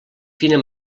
fina